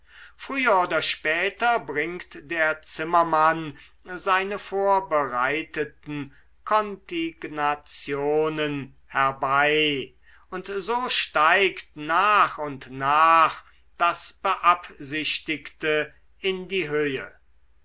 früher oder später bringt der zimmermann seine vorbereiteten kontignationen herbei und so steigt nach und nach das beabsichtigte in die höhe